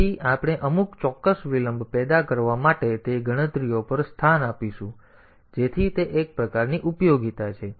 તેથી આપણે અમુક ચોક્કસ વિલંબ પેદા કરવા માટે તે ગણતરીઓ પર ધ્યાન આપીશું જેથી તે એક પ્રકારની ઉપયોગિતા છે